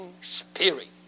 Spirit